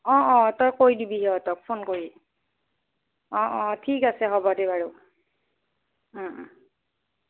অঁ অঁ তই কৈ দিবি সিহঁতক ফোন কৰি অঁ অঁ ঠিক আছে হ'ব দে বাৰু